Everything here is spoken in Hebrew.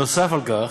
נוסף על כך,